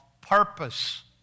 purpose